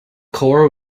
corps